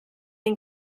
den